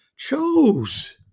chose